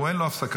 אין לו הפסקה.